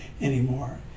anymore